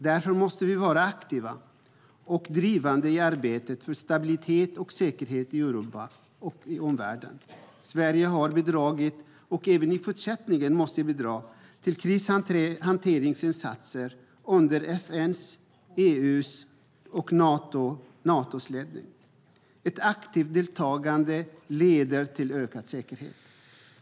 Därför måste vi vara aktiva och drivande i arbetet för stabilitet och säkerhet i Europa och omvärlden. Sverige har bidragit och måste även i fortsättningen bidra till krishanteringsinsatser under FN:s, EU:s och Natos ledning. Ett aktivt deltagande leder till ökad säkerhet.